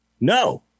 No